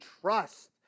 trust